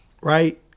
right